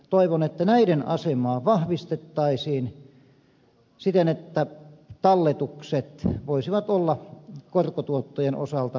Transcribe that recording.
toivon että näiden asemaa vahvistettaisiin siten että talletukset voisivat olla korkotuottojen osalta verovapaita